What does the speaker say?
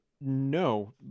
no